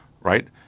right